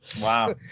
wow